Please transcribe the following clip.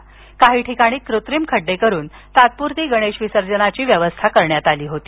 तर काही ठिकाणी कृत्रिम खड्डे करून तात्पुरती गणेश विसर्जनाची व्यवस्था करण्यात आली होती